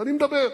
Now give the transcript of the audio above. ואני מדבר.